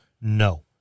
no